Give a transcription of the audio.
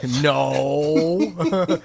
no